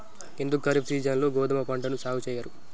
ఎందుకు ఖరీఫ్ సీజన్లో గోధుమ పంటను సాగు చెయ్యరు?